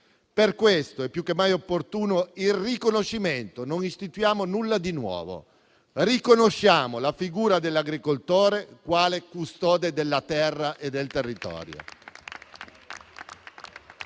discussione è più che mai opportuno. Non istituiamo nulla di nuovo; riconosciamo la figura dell'agricoltore quale custode della terra e del territorio.